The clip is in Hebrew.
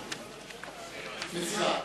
מסירה.